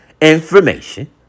Information